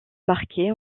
marqué